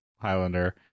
Highlander